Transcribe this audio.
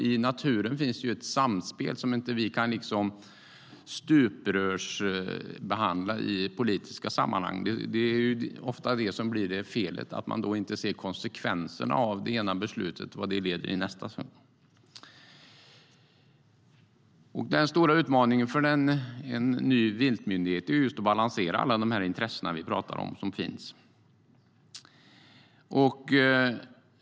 I naturen finns det ju ett samspel som vi inte kan stuprörsbehandla i politiska sammanhang. Felet blir ofta att man då inte ser konsekvenserna av det ena beslutet i nästa led. Den stora utmaningen för en ny viltmyndighet är just att balansera de olika intressen vi talar om.